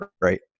right